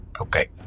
Okay